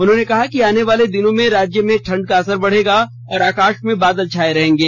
उन्होंने कहा कि आने वाले दिनों में राज्य में ठंड का असर बढेगा और आकाश में बादल छाये रहेंगे